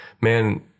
man